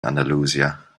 andalusia